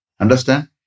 Understand